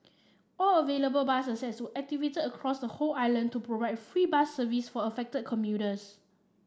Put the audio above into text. all available bus assets were activated across the whole island to provide free bus service for affected commuters